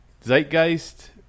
Zeitgeist